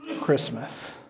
Christmas